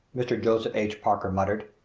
mr. joseph h. parker muttered.